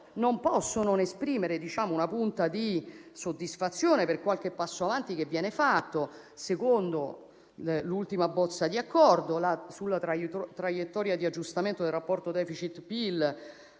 non posso non esprimere una punta di soddisfazione per qualche passo avanti che viene fatto. Secondo l'ultima bozza di accordo sulla traiettoria di aggiustamento del rapporto *deficit*-PIL